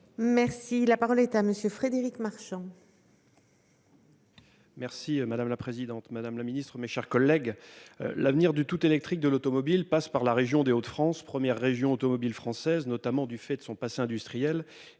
Merci la parole est à monsieur Frédéric Marchand.